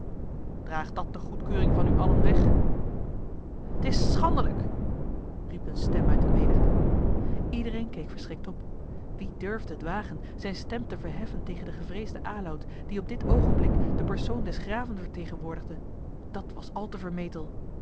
draagt dat de goedkeuring van u allen weg t is schandelijk riep eene stem uit de menigte iedereen keek verschrikt op wie durfde het wagen zijne stem te verheffen tegen den gevreesden aloud die op dit oogenblik den persoon des graven vertegenwoordigde dat was al te